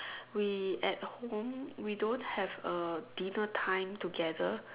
we at home we don't have a dinner time together